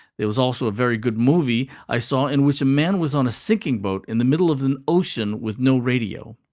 there was also a very good movie i saw in which a man was on a sinking boat in the middle of an ocean with no radio.